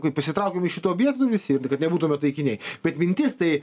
kai pasitraukėm iš šitų objektų visi kad nebūtume taikiniai bet mintis tai